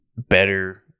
better